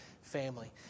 family